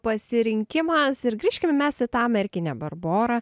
pasirinkimas ir grįžkime mes į tą merkinę barborą